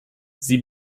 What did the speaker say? sie